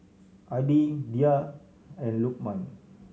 Adi Dhia and Lukman